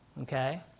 Okay